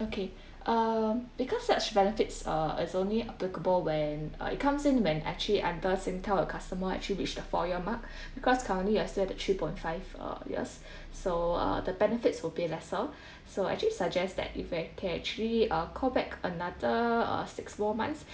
okay um because such benefits are it's only applicable when uh it comes in when actually under Singtel a customer actually reach the four year mark because currently you are still at the three point five uh years so uh the benefits will be lesser so I actually suggest that if I can actually uh call back another uh six more months